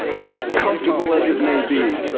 as comfortable as it may be,